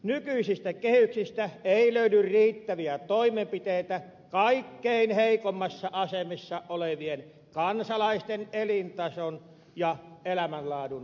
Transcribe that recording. nykyisistä kehyksistä ei löydy riittäviä toimenpiteitä kaikkein heikoimmassa asemassa olevien kansalaisten elintason ja elämänlaadun parantamiseksi